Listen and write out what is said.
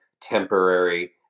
temporary